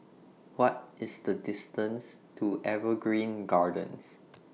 What IS The distance to Evergreen Gardens